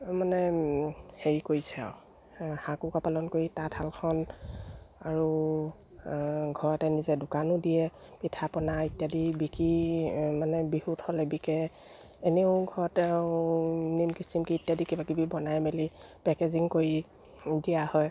মানে হেৰি কৰিছে আৰু হাঁহ কুকুৰা পালন কৰি তাঁতশালখন আৰু ঘৰতে নিজে দোকানো দিয়ে পিঠা পনা ইত্যাদি বিকি মানে বিহুত হ'লে বিকে এনেও ঘৰতে নিমকি চিমকি ইত্যাদি কিবাাকিবি বনাই মেলি পেকেজিং কৰি দিয়া হয়